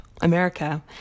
America